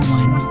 one